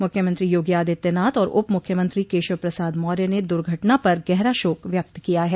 मुख्यमंत्री योगी आदित्यनाथ और उपमुख्यमंत्री केशव प्रसाद मौर्य ने दुर्घटना पर गहरा शोक व्यक्त किया है